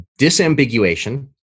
Disambiguation